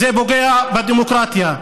זה פוגע בדמוקרטיה.